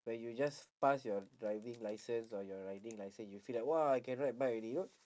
when you just pass your driving license or your riding license you feel like !wah! I can ride bike already !woo!